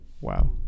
Wow